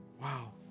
Wow